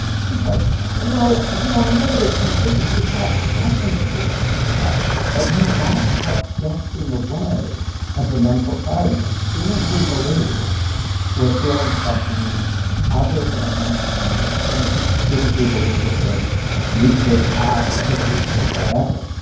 she's like, well, no. i know that it's my thinking, but it's got something to do with the talk. but no, that's what gets in the way of the mental clarity. as soon as we believe we're feeling something other than our moment-to-moment experience, as soon as we believe we're feeling the future, the past, other people, whatever,